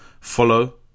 follow